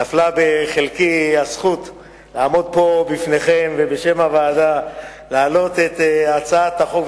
נפלה בחלקי הזכות לעמוד פה בפניכם ובשם הוועדה להעלות את הצעת החוק,